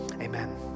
Amen